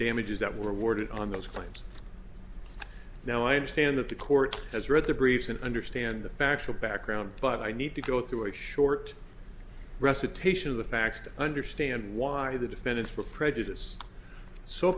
damages that were awarded on those claims now i understand that the court has read the briefs and understand the factual background but i need to go through a short recitation of the facts to understand why the defendants were prejudice so